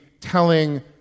telling